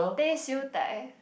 teh siew dai